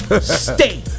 Stay